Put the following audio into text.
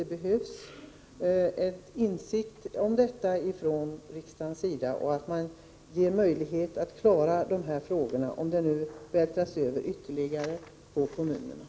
Det fordras att riksdagen har insikt om detta och att man ger möjligheter att klara dessa frågor, om man som nu vältrar över ytterligare utgifter på kommunerna.